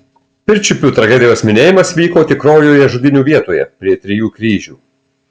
pirčiupių tragedijos minėjimas vyko tikrojoje žudynių vietoje prie trijų kryžių